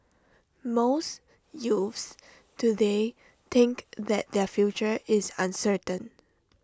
most youths today think that their future is uncertain